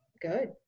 good